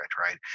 right